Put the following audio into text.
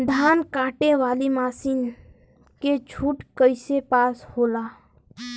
धान कांटेवाली मासिन के छूट कईसे पास होला?